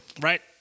right